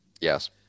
Yes